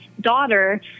daughter